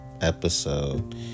episode